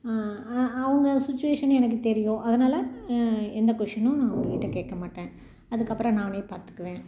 அ அவங்க சுச்சுவேஷன் எனக்கு தெரியும் அதனால் எந்த கொஷினும் நான் அவங்ககிட்ட கேட்கமாட்டேன் அதுக்கப்புறம் நானே பார்த்துக்குவேன்